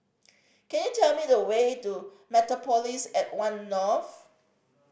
can you tell me the way to Mediapolis at One North